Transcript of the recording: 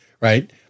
Right